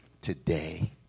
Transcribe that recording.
today